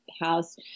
house